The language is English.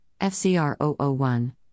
FCR001